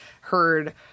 heard